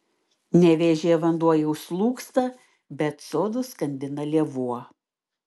nevėžyje vanduo jau slūgsta bet sodus skandina lėvuo